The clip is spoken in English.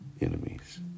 enemies